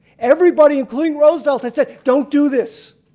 everybody including roosevelt and said don't do this.